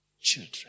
Children